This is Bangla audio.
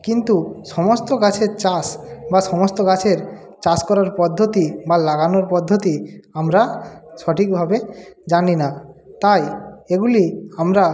কিন্তু সমস্ত গাছের চাষ বা সমস্ত গাছের চাষ করার পদ্ধতি বা লাগানোর পদ্ধতি আমরা সঠিকভাবে জানি না তাই এগুলি আমরা